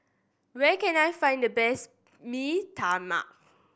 where can I find the best Mee Tai Mak